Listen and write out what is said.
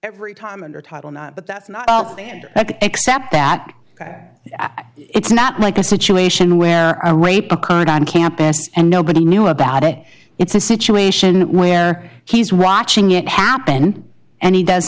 every time under title not but that's not all stand except that it's not like a situation where i rape occurred on campus and nobody knew about it it's a situation where he's watching it happen and he does